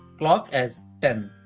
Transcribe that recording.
clock as ten.